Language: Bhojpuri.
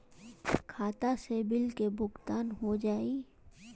खाता से बिल के भुगतान हो जाई?